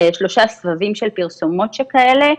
שלושה סבבים של פרסומות שכאלה.